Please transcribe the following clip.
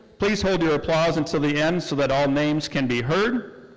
please hold your applause until the end so that all names can be heard.